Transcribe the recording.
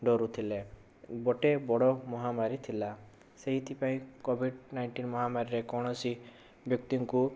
ଡ଼ରୁଥିଲେ ଗୋଟେ ବଡ଼ ମହାମାରୀ ଥିଲା ସେଇଥିପାଇଁ କୋଭିଡ଼ ନାଇଁଣ୍ଟିନ ମହାମାରୀରେ କୌଣସି ବ୍ୟକ୍ତିଙ୍କୁ